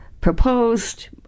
proposed